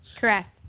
Correct